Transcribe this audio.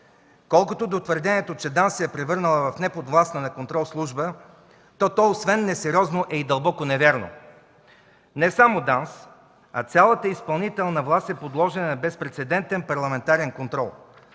Колкото до твърдението, че ДАНС се е превърнала в неподвластна на контрол служба, то освен несериозно е и дълбоко невярно. Не само ДАНС, а цялата изпълнителна власт е подложена на безпрецедентен парламентарен контрол.